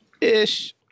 ish